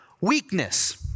weakness